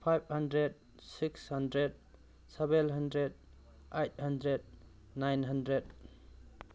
five hundred six hundred seven hundred eight hundred nine hundred